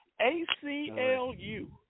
A-C-L-U